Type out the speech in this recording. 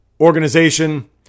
Organization